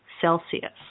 Celsius